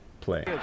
play